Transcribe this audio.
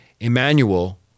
Emmanuel